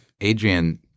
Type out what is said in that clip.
Adrian